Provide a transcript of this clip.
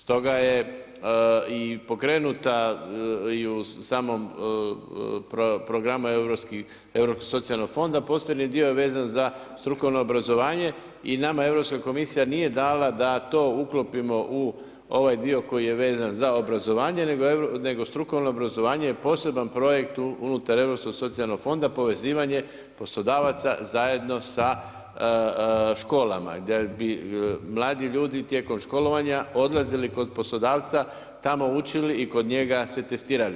Stoga je i pokrenuta i u samom programu Europskog socijalnog fonda postoji jedan dio vezan za strukovno obrazovanje i nama Europska komisija nije dala da to uklopimo u ovaj dio koji je vezan za obrazovanje nego strukovno obrazovanje je poseban projekt unutar Europskog socijalnog fonda, povezivanje poslodavaca zajedno sa školama da bi mladi ljudi tijekom školovanja odlazili kod poslodavca, tamo učili i kod njega se testirali.